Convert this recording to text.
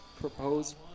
proposed